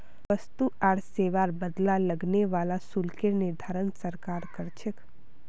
वस्तु आर सेवार बदला लगने वाला शुल्केर निर्धारण सरकार कर छेक